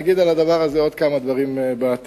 נגיד על הדבר הזה עוד כמה דברים בעתיד,